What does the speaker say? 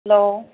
hello